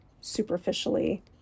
superficially